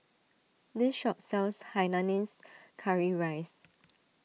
this shop sells Hainanese Curry Rice